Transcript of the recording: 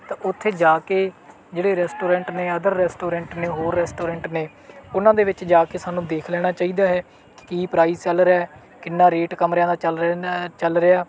ਤਾਂ ਉੱਥੇ ਜਾ ਕੇ ਜਿਹੜੇ ਰੈਸਟੋਰੈਂਟ ਨੇ ਅਦਰ ਰੈਸਟੋਰੈਂਟ ਨੇ ਹੋਰ ਰੈਸਟੋਰੈਂਟ ਨੇ ਉਨ੍ਹਾਂ ਦੇ ਵਿੱਚ ਜਾ ਕੇ ਸਾਨੂੰ ਦੇਖ ਲੈਣਾ ਚਾਈਦਾ ਹੈ ਕਿ ਕੀ ਪ੍ਰਾਈਸ ਚੱਲ ਰਿਆ ਹੈ ਕਿੰਨਾ ਰੇਟ ਕਮਰਿਆਂ ਦਾ ਚੱਲ ਰਹੇ ਨੇ ਚੱਲ ਰਿਹਾ